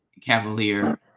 Cavalier